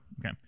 okay